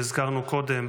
שהזכרנו קודם,